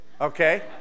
Okay